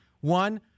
One